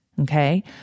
Okay